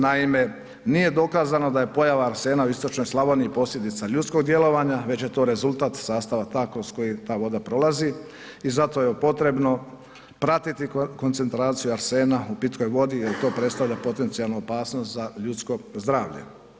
Naime, nije dokazano da je pojava arsena u istočnoj Slavoniji posljedica ljudskog djelovanja već je to rezultat sastava kroz koji ta voda prolazi i zato je potrebno pratiti koncentraciju arsena u pitkoj vodi jer to predstavlja potencijalnu opasnost za ljudsko zdravlje.